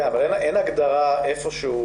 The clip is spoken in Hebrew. אבל אין הגדרה איפשהו,